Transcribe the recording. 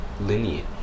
lineage